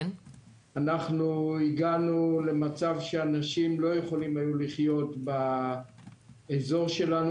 אנחנו הגענו למצב שאנשים לא יכולים היו לחיות באזור שלנו.